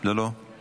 לא, לא.